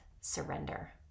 surrender